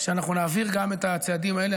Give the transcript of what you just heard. אנחנו נעביר גם את הצעדים האלה.